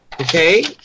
okay